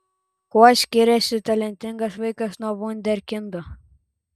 kuo skiriasi talentingas vaikas nuo vunderkindo